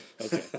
okay